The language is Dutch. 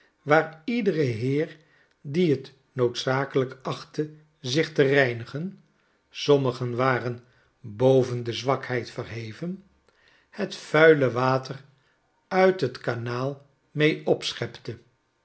waar ieder heer die het noodzakelijk achtte zich te reinigen sommigen waren boven de zwakheid verheven het vuile water uit het kanaal mee opschepte